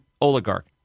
oligarch